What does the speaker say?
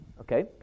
Okay